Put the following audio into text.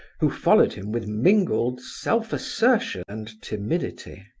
who followed him with mingled self-assertion and timidity.